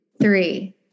three